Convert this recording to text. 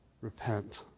Repent